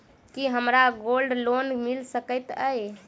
की हमरा gold loan मिल सकैत ये?